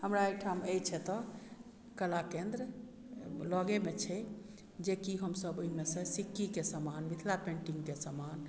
हमरा एहिठाम अछि एतऽ कला केन्द्र लगे मे छै जे कि हमसब एहिमे सँ हमसब सिक्कीके समान मिथिला पेन्टिंग के समान